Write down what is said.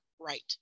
right